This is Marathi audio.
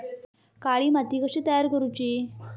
काळी माती कशी तयार करूची?